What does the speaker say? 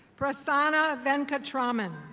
prasanna venkatramin.